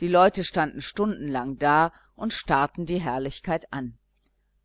die leute standen stundenlang da und starrten die herrlichkeit an